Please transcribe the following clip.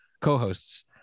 co-hosts